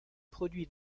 produits